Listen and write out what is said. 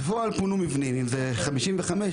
לגבי החשמל,